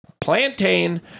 Plantain